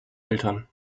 eltern